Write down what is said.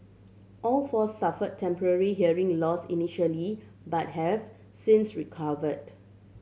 all four suffered temporary hearing loss initially but have since recovered